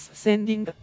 sending